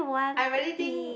I really think